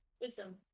Wisdom